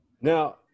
Now